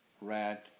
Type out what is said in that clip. red